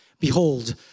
Behold